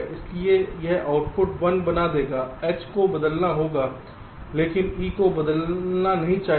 इसलिए यह आउटपुट 1 बना देगा H को बदलना होगा लेकिन E को बदलना नहीं चाहिए